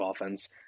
offense